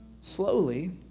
slowly